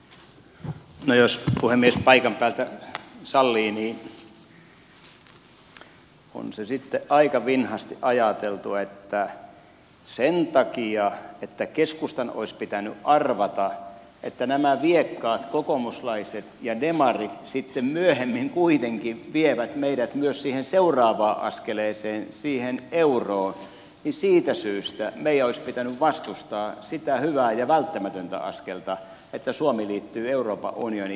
no jos puhemies paikan päältä sallii niin on se sitten aika vinhasti ajateltu että sen takia että keskustan olisi pitänyt arvata että nämä viekkaat kokoomuslaiset ja demarit sitten myöhemmin kuitenkin vievät meidät myös siihen seuraavaan askeleeseen siihen euroon niin siitä syystä meidän olisi pitänyt vastustaa sitä hyvää ja välttämätöntä askelta että suomi liittyy euroopan unionin jäseneksi